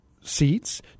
seats